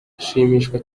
ashimishwa